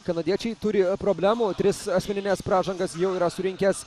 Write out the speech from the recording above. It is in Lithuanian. kanadiečiai turi problemų tris asmenines pražangas jau yra surinkęs